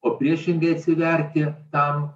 o priešingai atsiverti tam